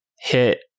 hit